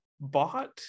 bought